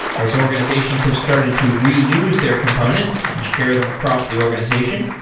as organizations have started to reuse their components and share them across the organization,